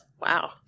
Wow